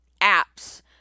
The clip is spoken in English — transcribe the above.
apps